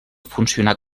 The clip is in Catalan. funcionar